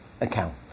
account